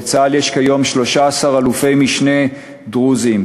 בצה"ל יש כיום 13 אלופי-משנה דרוזים,